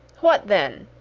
what then?